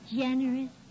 generous